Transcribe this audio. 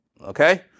Okay